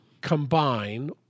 combine